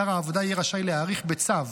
שר העבודה יהיה רשאי להאריך בצו,